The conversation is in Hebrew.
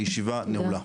הישיבה נעולה.